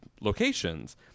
locations